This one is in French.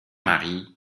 mari